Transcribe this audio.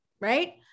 right